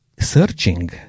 searching